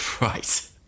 right